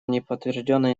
неподтвержденная